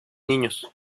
niños